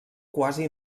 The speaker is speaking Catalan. quasi